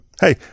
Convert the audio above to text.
hey